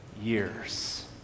years